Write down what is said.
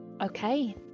Okay